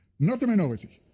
not the minority.